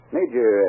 Major